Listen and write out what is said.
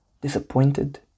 Disappointed